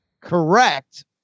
correct